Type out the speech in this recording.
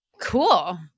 Cool